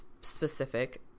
specific